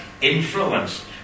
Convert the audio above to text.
influenced